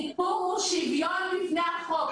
הסיפור הוא שוויון בפני החוק.